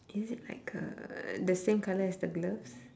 is it like uh the same colour as the gloves